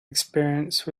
experience